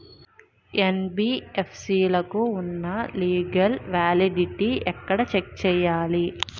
NBFC లకు ఉన్నా legal validity ఎక్కడ చెక్ చేయాలి?